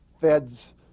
feds